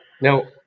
Now